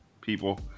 people